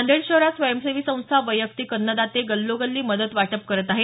नांदेड शहरात स्वयंसेवी संस्था वैयक्तिक अन्नदाते गल्लोगल्ली मदत वाटप करत आहेत